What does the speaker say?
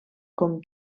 com